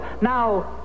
Now